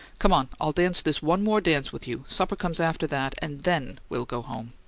come on, i'll dance this one more dance with you. supper comes after that, and then we'll go home.